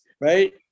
right